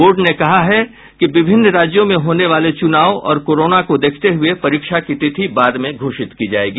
board ने कहा है कि विभिन्न राज्यों में होने वाले चुनाव और कोरोना को देखते हये परीक्षा की तिथि बाद में घोषित की जायेगी